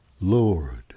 Lord